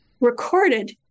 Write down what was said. recorded